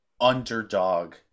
underdog